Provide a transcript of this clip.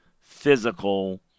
physical